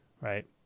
right